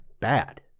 bad